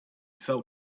fell